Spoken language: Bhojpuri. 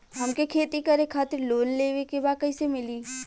हमके खेती करे खातिर लोन लेवे के बा कइसे मिली?